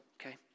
okay